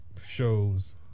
shows